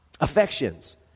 affections